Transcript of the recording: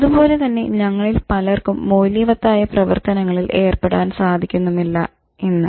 അതുപോലെ തന്നെ ഞങ്ങളിൽ പലർക്കും മൂല്യവത്തായ പ്രവർത്തനങ്ങളിൽ ഏർപ്പെടാൻ സാധിക്കുന്നുമില്ല" എന്ന്